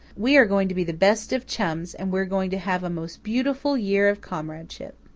we are going to be the best of chums, and we are going to have a most beautiful year of comradeship!